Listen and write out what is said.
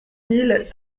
mille